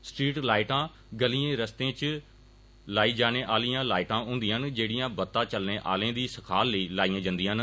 street लाइटां गैलिएं रस्ते च लाई जाने आलियां लाइटां होंदियां न जेड़ियां बत्ता चलने आले दी सखाल लेई लाइयां जंदियां न